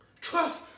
Trust